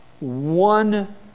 one